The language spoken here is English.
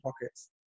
pockets